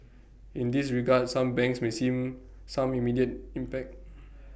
in this regard some banks may seen some immediate impact